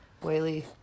Whaley